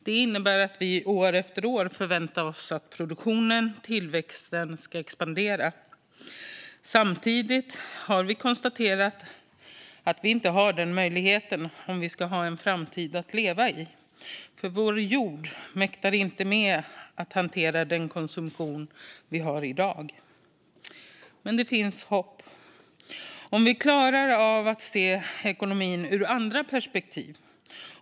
Det innebär att vi år efter år förväntar oss att produktionen och tillväxten ska expandera. Och samtidigt har vi konstaterat att vi inte har denna möjlighet om vi ska ha en framtid att leva i. Vår jord mäktar nämligen inte med att hantera den konsumtion som vi har i dag. Men det finns hopp om vi klarar av att se ekonomin ur andra perspektiv.